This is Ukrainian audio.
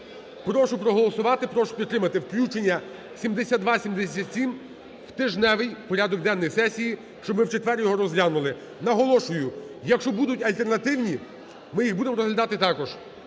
прошу проголосувати, прошу підтримати. Включення 7277 в тижневий порядок денний сесії, щоб ми в четвер його розглянули. Наголошую, якщо будуть альтернативні, ми їх будемо розглядати також.